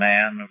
Man